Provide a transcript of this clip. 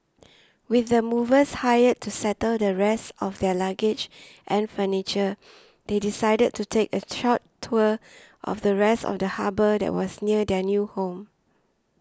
with the movers hired to settle the rest of their luggage and furniture they decided to take a short tour of the rest of the harbour that was near their new home